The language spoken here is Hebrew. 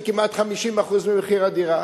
זה כמעט 50% ממחיר הדירה,